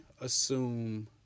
assume